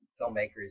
filmmakers